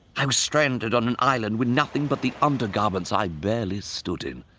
i was stranded on an island with nothing but the undergarments i barely stood in